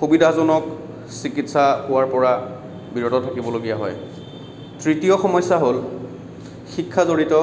সুবিধাজনক চিকিৎসা পোৱাৰপৰা বিৰত থাকিবলগীয়া হয় তৃতীয় সমস্য়া হ'ল শিক্ষাজড়িত